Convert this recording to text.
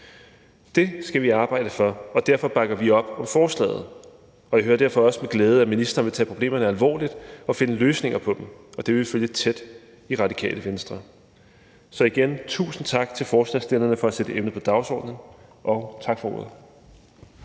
Det skal vi arbejde for, og derfor bakker vi op om forslaget, og jeg hører derfor også med glæde, at ministeren vil tage problemerne alvorligt og finde løsninger på dem, og det vil vi i Radikale Venstre følge tæt. Så igen: Tusind tak til forslagsstillerne for at sætte emnet på dagsordenen. Tak for ordet.